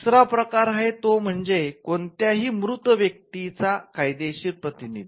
तिसरा प्रकार आहे तो म्हणजे कोणत्याही मृत व्यक्तीचा कायदेशीर प्रतिनिधी